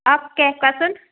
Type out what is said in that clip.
okay কোৱাচোন